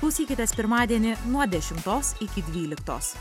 klausykitės pirmadienį nuo dešimtos iki dvyliktos